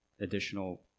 additional